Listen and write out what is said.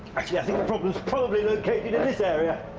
actually i think the problem's probably located in this area.